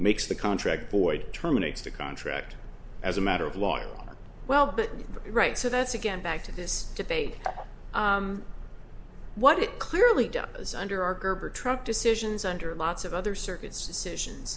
makes the contract void terminate the contract as a matter of law or well but right so that's again back to this debate what it clearly does under our gerber truck decisions under lots of other circuits decisions